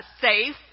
safe